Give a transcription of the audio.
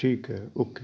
ਠੀਕ ਹੈ ਓਕੇ